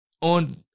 on